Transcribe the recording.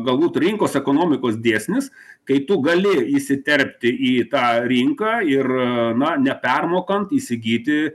galbūt rinkos ekonomikos dėsnis kai tu gali įsiterpti į tą rinką ir na nepermokant įsigyti